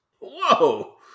Whoa